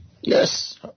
Yes